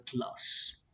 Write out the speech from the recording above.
class